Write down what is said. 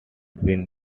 been